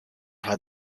had